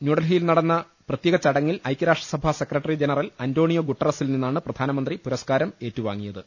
ന്യൂഡൽഹിയിൽ നടന്ന പ്രത്യേക ചടങ്ങിൽ ഐക്യ രാഷ്ട്രസഭാ സെക്രട്ടറി ജനറൽ അന്റോണിയോ ഗുട്ടറസ്സിൽ നിന്നാണ് പ്രധാനമന്ത്രി പുരസ്കാരം ഏറ്റുവാങ്ങിയത്